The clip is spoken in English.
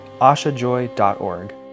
ashajoy.org